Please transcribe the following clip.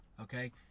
Okay